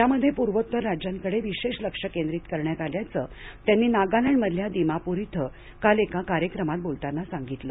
यामध्ये पूर्वोत्तर राज्यांकडे विशेष लक्ष केंद्रित करण्यात आल्याचं त्यांनी नागालँड मधल्या दिमापूर इथं काल एका कार्यक्रमात बोलताना सांगितलं